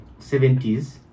70s